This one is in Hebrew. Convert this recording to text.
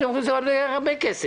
אז הם אומרים שזה עולה הרבה כסף.